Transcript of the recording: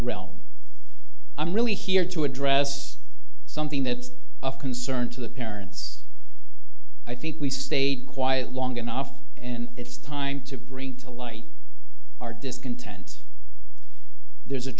realm i'm really here to address something that's of concern to the parents i think we stayed quiet long enough and it's time to bring to light our discontent there's a